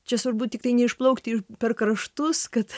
čia svarbu tiktai neišplaukti per kraštus kad